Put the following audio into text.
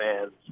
fans